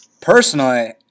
Personally